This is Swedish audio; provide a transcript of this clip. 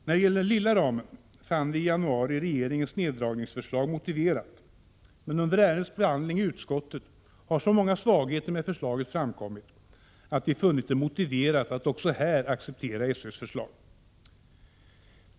När det gäller den lilla ramen fann vi i januari regeringens neddragningsförslag motiverat. Men under ärendets behandling i utskottet har så många svagheter i förslaget framkommit att vi funnit det vara motiverat att också här acceptera SÖ:s förslag.